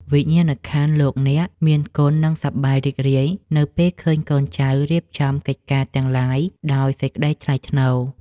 វិញ្ញាណក្ខន្ធលោកអ្នកមានគុណនឹងសប្បាយរីករាយនៅពេលឃើញកូនចៅរៀបចំកិច្ចការទាំងឡាយដោយសេចក្តីថ្លៃថ្នូរ។